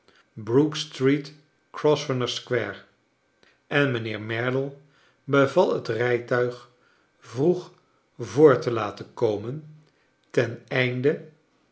grosvenor square en mijnheer merdle beval het rijtuig vroeg voor te laten komen ten einde